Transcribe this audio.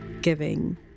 giving